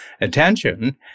attention